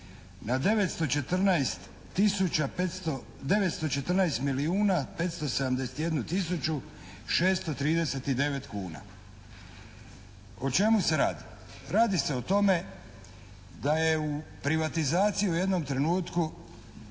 914 milijuna 571 tisuću 639 kuna. O čemu se radi? Radi se o tome da je u privatizaciji u jednom trenutku